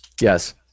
Yes